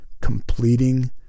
completing